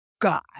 God